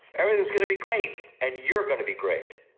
everything's going to be great and you're going to be great.